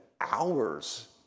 hours